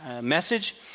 message